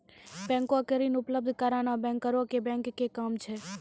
बैंको के ऋण उपलब्ध कराना बैंकरो के बैंक के काम छै